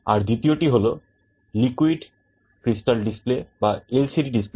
আর দ্বিতীয়টি হল liquid crystal display